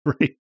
Right